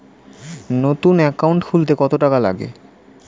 নতুন একাউন্ট খুলতে কত টাকা লাগে?